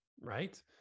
right